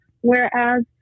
Whereas